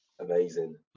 Amazing